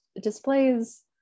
displays